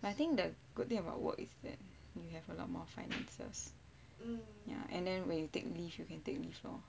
but I think the good thing about work is that you have a lot more finances ya and then when you take leave you can take leave lor